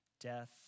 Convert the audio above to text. death